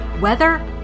weather